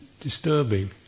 Disturbing